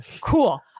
cool